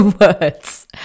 words